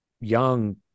young